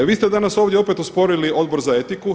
Vi ste danas ovdje opet osporili Odbor za etiku.